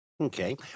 Okay